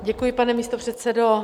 Děkuji, pane místopředsedo.